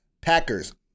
packers